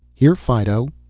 here, fido,